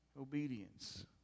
Obedience